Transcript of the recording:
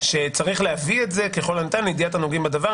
שצריך להביא את זה כל הניתן לידיעת הנוגעים בדבר.